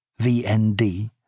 VND